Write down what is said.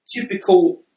typical